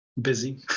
busy